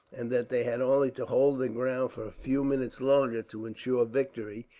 and that they had only to hold their ground for a few minutes longer to ensure victory,